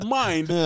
mind